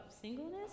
singleness